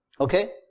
Okay